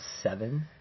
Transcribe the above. seven